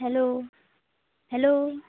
hello hello